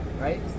right